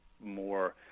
more